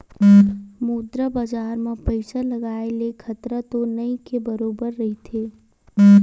मुद्रा बजार म पइसा लगाय ले खतरा तो नइ के बरोबर रहिथे